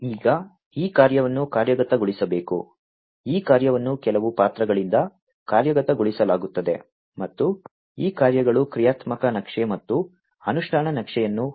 ಈಗ ಈ ಕಾರ್ಯವನ್ನು ಕಾರ್ಯಗತಗೊಳಿಸಬೇಕು ಈ ಕಾರ್ಯವನ್ನು ಕೆಲವು ಪಾತ್ರಗಳಿಂದ ಕಾರ್ಯಗತಗೊಳಿಸಲಾಗುತ್ತದೆ ಮತ್ತು ಈ ಕಾರ್ಯಗಳು ಕ್ರಿಯಾತ್ಮಕ ನಕ್ಷೆ ಮತ್ತು ಅನುಷ್ಠಾನ ನಕ್ಷೆಯನ್ನು ಹೊಂದಿರುತ್ತವೆ